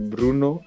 Bruno